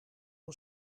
een